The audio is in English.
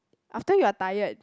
after you are tired